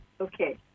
Okay